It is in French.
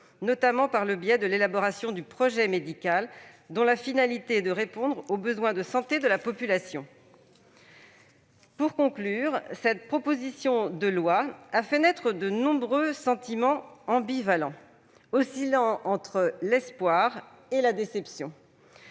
notamment par le biais de l'élaboration du projet médical, dont la finalité est de répondre aux besoins de santé de la population. Pour conclure, cette proposition de loi a fait naître des sentiments très ambivalents, oscillant entre l'espoir et la déception.